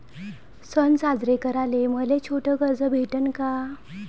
सन साजरे कराले मले छोट कर्ज भेटन का?